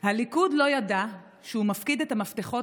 הליכוד לא ידע שהוא מפקיד את המפתחות